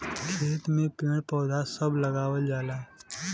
खेत में पेड़ पौधा सभ लगावल जाला